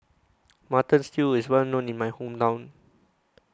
Mutton Stew IS Well known in My Hometown